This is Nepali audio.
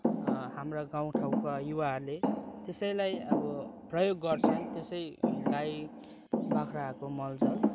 हाम्रा गाउँठाउँका युवाहरूले त्यसैलाई अब प्रयोग गर्छन् त्यसै गाई बाख्राहरूको मलजल